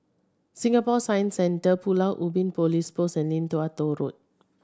Singapore Science Centre Pulau Ubin Police Post and Lim Tua Tow Road